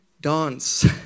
Dance